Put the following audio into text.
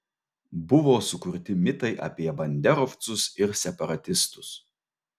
buvo sukurti mitai apie banderovcus ir separatistus